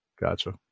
gotcha